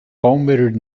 palmated